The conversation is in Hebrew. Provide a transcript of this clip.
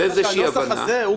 אני